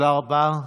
תודה רבה.